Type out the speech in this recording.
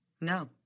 No